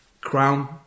crown